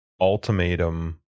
ultimatum